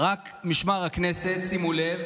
משמר הכנסת, רק שימו לב,